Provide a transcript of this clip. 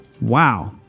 wow